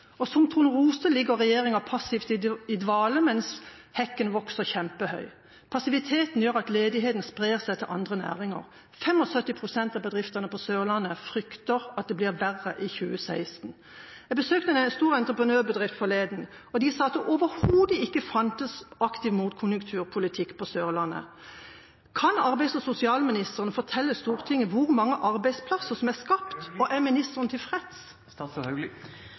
Som Tornerose ligger regjeringa passivt i dvale mens hekken vokser kjempehøy. Passiviteten gjør at ledigheten sprer seg til andre næringer. 75 pst. av bedriftene på Sørlandet frykter at det blir verre i 2016. Jeg besøkte en stor entreprenørbedrift forleden, og de sa at det overhodet ikke fantes aktiv motkonjunkturpolitikk på Sørlandet. Kan arbeids- og sosialministeren fortelle Stortinget hvor mange arbeidsplasser som er skapt, og er ministeren tilfreds?